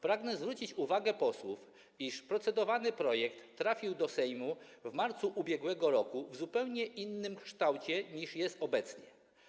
Pragnę zwrócić uwagę posłów, iż procedowany projekt trafił do Sejmu w marcu ubiegłego roku w zupełnie innym kształcie niż kształt obecny.